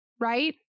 Right